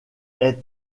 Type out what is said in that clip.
est